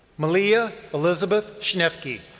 melea elizabeth schnefki,